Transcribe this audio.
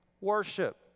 worship